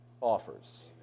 offers